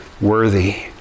worthy